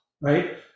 right